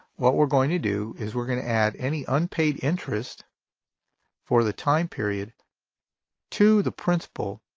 what we're going to do is we're going to add any unpaid interest for the time period to the principal